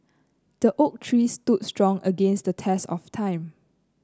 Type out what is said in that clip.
the oak tree stood strong against the test of time